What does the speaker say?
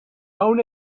own